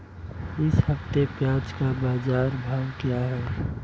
इस हफ्ते प्याज़ का बाज़ार भाव क्या है?